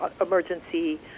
emergency